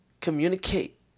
Communicate